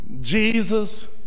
Jesus